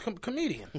comedian